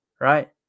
Right